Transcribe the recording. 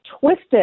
twisted